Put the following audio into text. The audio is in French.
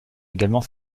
également